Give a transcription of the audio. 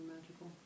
magical